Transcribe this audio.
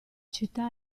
città